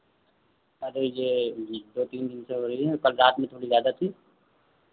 अरे ये दो तीन दिन से हो रही है पर रात में थोड़ी ज़्यादा थी